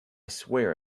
swear